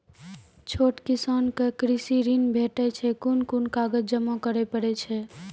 छोट किसानक कृषि ॠण भेटै छै? कून कून कागज जमा करे पड़े छै?